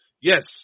yes